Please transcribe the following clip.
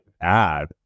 add